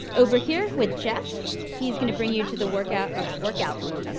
over here with jeff. he's going to bring you to the workout ah workout room.